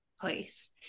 place